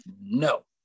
no